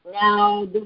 now